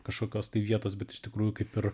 kažkokios tai vietos bet iš tikrųjų kaip ir